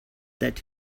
that